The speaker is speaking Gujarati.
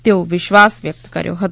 તેવો વિશ્વાસ વ્યક્ત કર્યો હતો